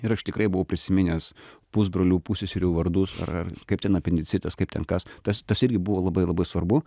ir aš tikrai buvau prisiminęs pusbrolių pusseserių vardus ar ar kaip ten apendicitas kaip ten kas tas tas irgi buvo labai labai svarbu